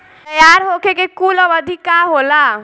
तैयार होखे के कूल अवधि का होला?